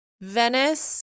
Venice